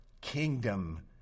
kingdom